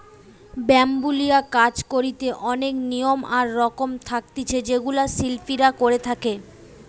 bamboo লিয়া কাজ করিতে অনেক নিয়ম আর রকম থাকতিছে যেগুলা শিল্পীরা করে থাকে